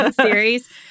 series